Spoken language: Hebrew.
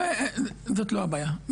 זאת לא הבעיה.